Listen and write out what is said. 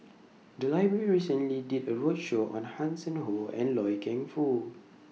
The Library recently did A roadshow on Hanson Ho and Loy Keng Foo